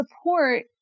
support